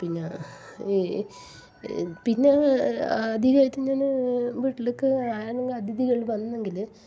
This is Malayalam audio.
പിന്നെ പിന്നെ അധികം ആയിട്ട് ഇങ്ങനെ വീട്ടിലേക്ക് ആരെങ്കിലും അതിഥികള് വന്നെങ്കിൽ